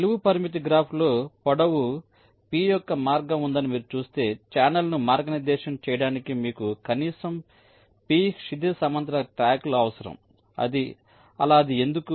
నిలువు పరిమితి గ్రాఫ్లో పొడవు p యొక్క మార్గం ఉందని మీరు చూస్తే ఛానెల్ను మార్గనిర్దేశం చేయడానికి మీకు కనీసం p క్షితిజ సమాంతర ట్రాక్లు అవసరం అలా అది ఎందుకు